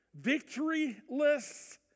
victoryless